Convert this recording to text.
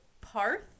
Parth